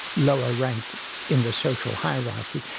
lower rank in the social hierarchy,